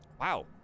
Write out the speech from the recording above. wow